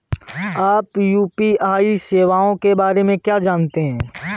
आप यू.पी.आई सेवाओं के बारे में क्या जानते हैं?